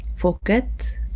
forget